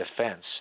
defense